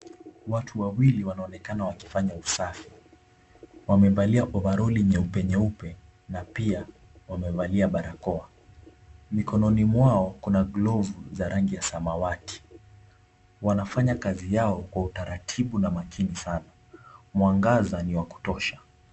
Watu wawili wanaonekana wakifanya usafi. Wamevalia ovaroli nyeupe nyeupe na pia wamevalia barakoa. Mikononi mwao kuna glovu za rangi ya samawati. Wanafanya kazi yao kwa utaratibu na makini sana. Mwangaza ni wa kutosha.